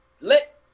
let